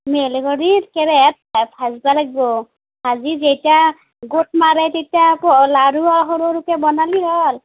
মিহলি কৰি কেৰাহীত ভাজিব লাগিব ভাজি যেতিয়া গোট মাৰে তেতিয়া লাড়ু আৰু সৰু সৰুকৈ বনালেই হ'ল